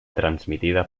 transmitida